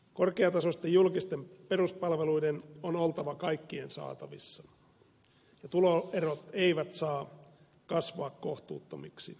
korkeatasoisten julkisten peruspalveluiden on oltava kaikkien saatavissa ja tuloerot eivät saa kasvaa kohtuuttomiksi